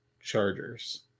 Chargers